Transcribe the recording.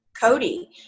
Cody